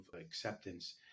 acceptance